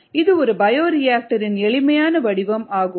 இது ஒரு பயோரியாக்டர் இன் எளிமையான வடிவம் ஆகும்